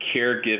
caregiving